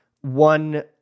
one